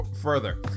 further